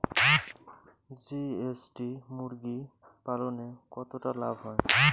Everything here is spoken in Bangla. জি.এস.টি মুরগি পালনে কতটা লাভ হয়?